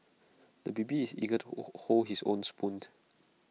the baby is eager to hold his own spoon